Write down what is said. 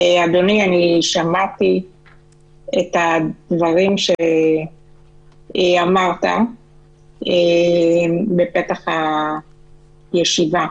אדוני, שמעתי את הדברים שאמרת בפתח הישיבה.